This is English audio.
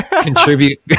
contribute